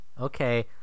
okay